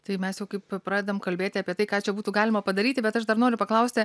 tai mes jau kaip pradedam kalbėti apie tai ką čia būtų galima padaryti bet aš dar noriu paklausti